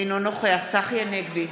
אינו נוכח צחי הנגבי,